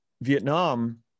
Vietnam